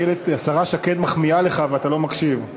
השרה שקד מחמיאה לך ואתה לא מקשיב.